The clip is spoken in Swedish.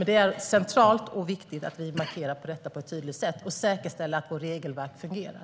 Det är centralt och viktigt att vi markerar mot detta på ett tydligt sätt och säkerställer att vårt regelverk fungerar.